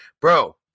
bro